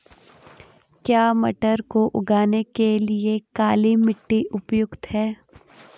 क्या मटर को उगाने के लिए काली मिट्टी उपयुक्त है?